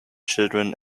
children